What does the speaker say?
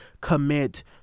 commit